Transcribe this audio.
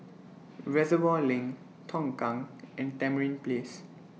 Reservoir LINK Tongkang and Tamarind Place